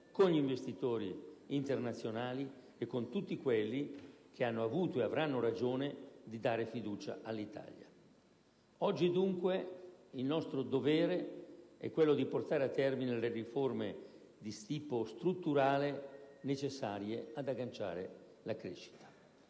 con gli investitori internazionali e con tutti quelli che hanno avuto e avranno ragione di dare fiducia all'Italia. Oggi, dunque, il nostro dovere è quello di portare a termine le riforme di tipo strutturale necessarie ad agganciare la crescita.